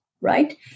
Right